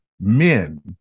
men